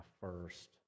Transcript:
first